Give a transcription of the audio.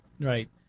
Right